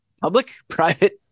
Public-private